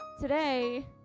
today